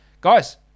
Guys